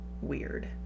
weird